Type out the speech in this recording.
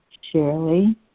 Shirley